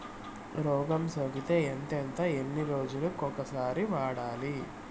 రోగం సోకితే ఎంతెంత ఎన్ని రోజులు కొక సారి వాడాలి?